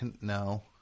No